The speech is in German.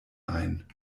ein